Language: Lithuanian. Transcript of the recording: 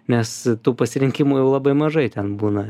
nes tų pasirinkimų labai mažai ten būna